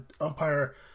umpire